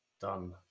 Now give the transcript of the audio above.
done